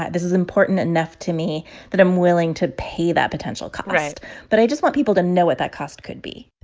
this is important enough to me that i'm willing to pay that potential cost right but i just want people to know what that cost could be